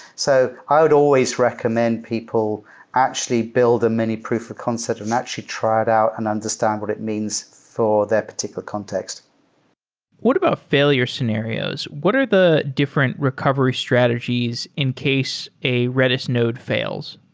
so i would always recommend people actually build a many proof of concept and actually try it out and understand what it means for that particular context what about failure scenarios? what are the different recovery strategies in case a redis node fails?